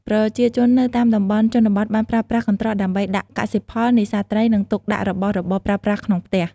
ប្រជាជននៅតាមតំបន់ជនបទបានប្រើប្រាស់កន្ត្រកដើម្បី ដាក់កសិផល នេសាទត្រី និង ទុកដាក់របស់របរប្រើប្រាស់ក្នុងផ្ទះ។